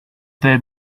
there